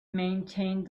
maintained